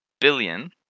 billion